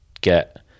get